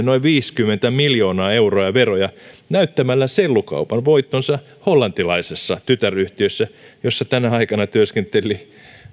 noin viisikymmentä miljoonaa euroa veroja näyttämällä sellukaupan voittonsa hollantilaisessa tytäryhtiössä jossa tänä aikana työskenteli